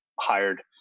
hired